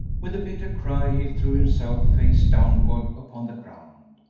with a bitter cry he threw himself, face downward, upon the ground.